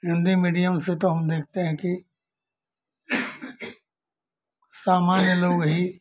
Hindi medium से तो हम देखते हैं कि सामान्य लोग ही